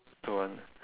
don't want